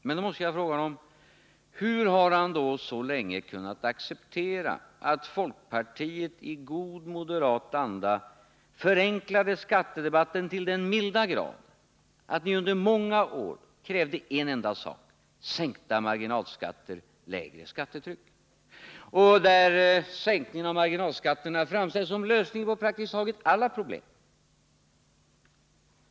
Men då måste jag fråga honom hur han så länge har kunnat acceptera att folkpartiet i god moderat anda förenklade skattedebatten så till den milda grad att ni under många år krävde en enda sak: sänkta marginalskatter och lägre skattetryck, där sänkningen av marginalskatterna framställdes som lösningen på praktiskt taget alla problem.